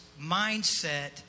mindset